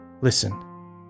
Listen